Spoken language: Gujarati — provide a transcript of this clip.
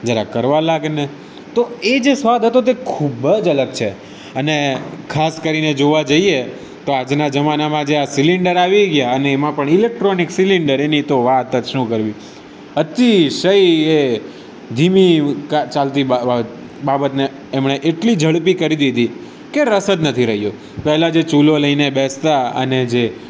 જરા કરવા લાગ ને તો એ જે સ્વાદ હતો તે ખૂબ જ અલગ છે અને કરીને જોવા જઈએ તો આજના જમાનામાં જે આ સિલિન્ડર આવી ગયા એમાં પણ ઇલેક્ટ્રોનિક સિલિન્ડર એની તો વાત જ શું કરવી અતિશય એ ધીમી ચાલતી બાબતને એમણે એટલી ઝડપી કરી દીધી કે રસ જ નથી રહ્યો પહેલાં જે ચૂલો લઈને બેસતાં અને જે